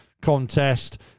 contest